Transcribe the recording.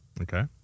Okay